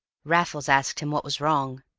raffles asked him what was wrong.